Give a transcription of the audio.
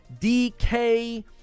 DK